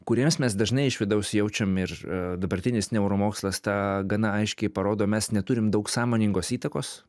kuriems mes dažnai iš vidaus jaučiam ir dabartinis neuromokslas tą gana aiškiai parodo mes neturim daug sąmoningos įtakos